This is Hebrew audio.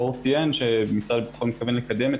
אור ציין שמשרד הביטחון מתכוון לקדם את